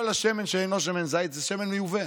כל השמן שאינו שמן זית זה שמן מיובא.